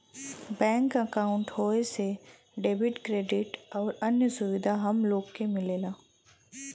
bank अंकाउट होये से डेबिट, क्रेडिट आउर अन्य सुविधा हम लोग के मिलला